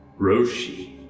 Roshi